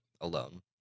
alone